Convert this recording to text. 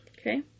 Okay